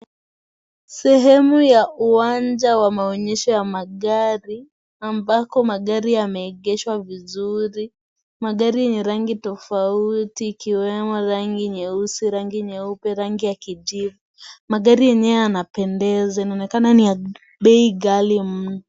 Sehemu ya uwanja wa maonyesho ya magari ambako magari yameegeshwa vizuri. Magari yenye rangi tofauti ikiwemo rangi nyeusi ,rangi nyeupe rangi ya kijivu. Magri yenyewe yanapendeza, inaonekana ni ya bei ghali mno.